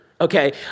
Okay